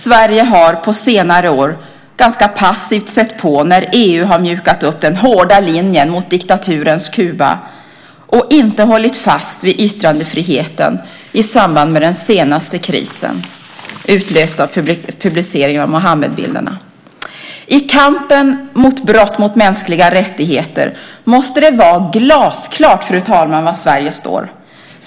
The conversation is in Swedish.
Sverige har på senare år ganska passivt sett på när EU har mjukat upp den hårda linjen mot diktaturens Kuba och inte hållit fast vid yttrandefriheten i samband med den senaste krisen, utlöst av publiceringen av Muhammedbilderna. I kampen mot brott mot mänskliga rättigheter måste det vara glasklart, fru talman, var Sverige står.